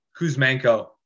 Kuzmenko